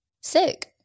Sick